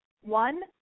one